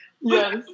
Yes